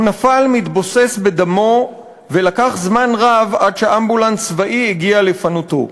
הוא נפל מתבוסס בדמו ולקח זמן רב עד שאמבולנס צבאי הגיע לפנותו.